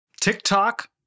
TikTok